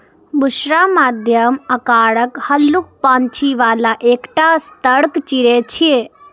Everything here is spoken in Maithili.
बुशरा मध्यम आकारक, हल्लुक पांखि बला एकटा सतर्क चिड़ै छियै